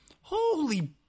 Holy